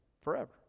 forever